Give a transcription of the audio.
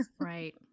right